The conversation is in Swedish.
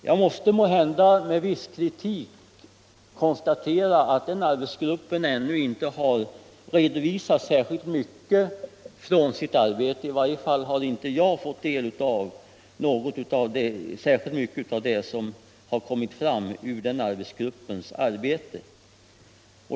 Jag måste, måhända med viss kritik, konstatera att den arbetsgruppen ännu inte har hunnit redovisa speciellt mycket från sitt arbete. I varje fall har inte jag fått del av särskilt mycket av det som kommit fram ur den arbetsgruppens arbete.